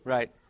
Right